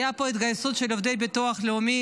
הייתה פה התגייסות של עובדי הביטוח הלאומי